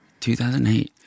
2008